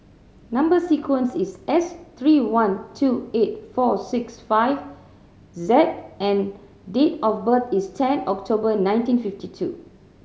number sequence is S three one two eight four six five Z and date of birth is ten October nineteen fifty two